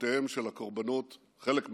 משפחותיהם של הקורבנות, חלק מהקורבנות,